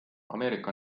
ameerika